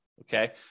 Okay